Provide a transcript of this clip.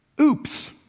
oops